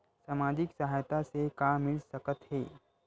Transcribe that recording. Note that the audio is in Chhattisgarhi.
सामाजिक सहायता से का मिल सकत हे?